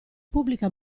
pubblica